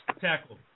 Tackle